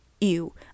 ew